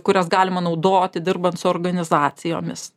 kurias galima naudoti dirbant su organizacijomis